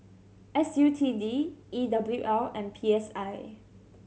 S U T D E W L and P S I